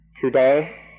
today